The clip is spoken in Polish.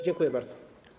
Dziękuję bardzo.